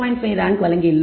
5 rank வழங்கியுள்ளோம்